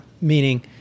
meaning